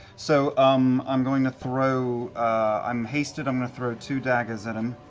so um i'm going to throw i'm hasted, i'm going to throw two daggers at him.